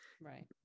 Right